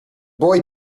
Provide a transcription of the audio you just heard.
boy